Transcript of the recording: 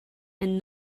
and